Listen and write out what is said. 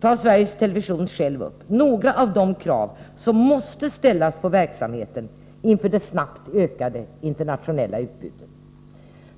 tar bolaget självt upp några av de krav som måste ställas på verksamheten inför det snabbt ökande internationella utbudet.